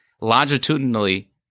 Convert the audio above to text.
longitudinally